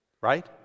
right